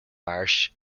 marsh